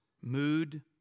mood